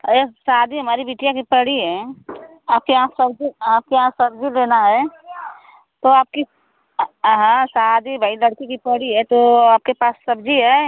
अरे शादी हमारी बिटिया की पड़ी है आपके यहाँ सब्जी आपके यहाँ सब्जी लेना है तो आपकी हाँ शादी भाई लड़की की पड़ी है तो आपके पास सब्जी है